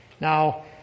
Now